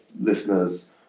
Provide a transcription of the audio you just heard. listeners